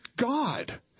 God